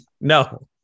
no